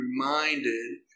reminded